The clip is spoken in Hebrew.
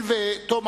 התשס"ט 2008,